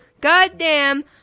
goddamn